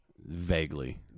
Vaguely